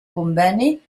conveni